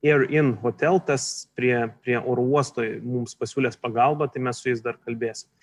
ėr in hotel tas prie prie oro uosto mums pasiūlęs pagalbą tai mes su jais dar kalbėsim